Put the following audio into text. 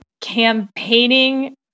campaigning